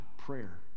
prayer